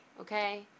Okay